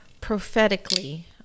prophetically